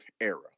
era